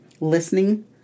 listening